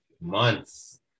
Months